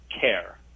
care